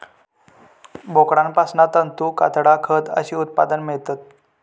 बोकडांपासना तंतू, कातडा, खत अशी उत्पादना मेळतत